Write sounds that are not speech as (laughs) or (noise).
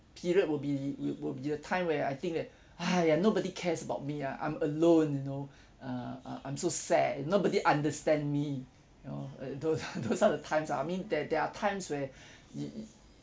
period will be will be a time where I think that !haiya! nobody cares about me ah I'm alone you know uh uh I'm so sad nobody understand me you know uh those (laughs) those are the times ah I mean there there are times where you you